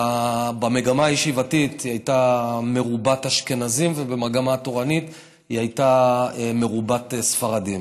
המגמה הישיבתית הייתה מרובת אשכנזים והמגמה התורנית הייתה מרובת ספרדים.